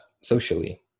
socially